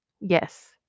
Yes